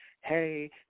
Hey